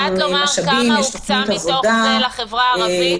את יודעת לומר כמה מתוך זה הוקצה לחברה הערבית?